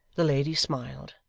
the lady smiled,